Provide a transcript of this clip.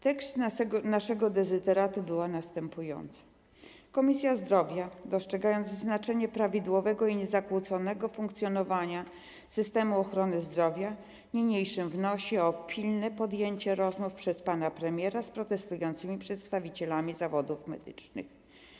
Tekst naszego dezyderatu był następujący: Komisja Zdrowia, dostrzegając znaczenie prawidłowego i niezakłóconego funkcjonowania systemu ochrony zdrowia, niniejszym wnosi o pilne podjęcie rozmów przez pana premiera z protestującymi przedstawicielami zawodów medycznych.